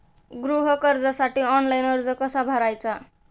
गृह कर्जासाठी ऑनलाइन अर्ज कसा भरायचा?